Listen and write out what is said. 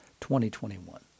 2021